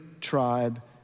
tribe